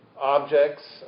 objects